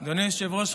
אדוני היושב-ראש,